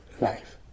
life